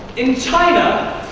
in china,